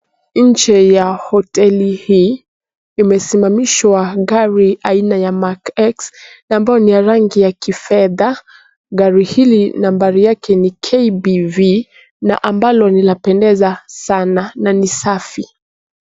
Nje ya hoteli hii imesimamishwa gari aina ya Mark X na ambayo ni ya rangi ya kifedha. Gari hili nambari yake ni KBV na ambalo linapendeza sana na ni safi.